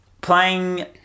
playing